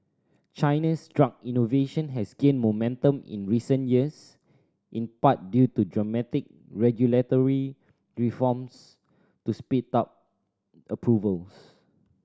China's drug innovation has gained momentum in recent years in part due to dramatic regulatory reforms to speed up approvals